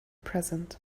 present